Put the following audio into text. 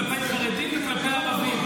כלפי חרדים וכלפי ערבים.